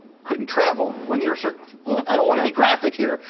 couldn't travel. when you're, sort of i don't wanna be graphic here,